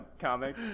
comic